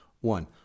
One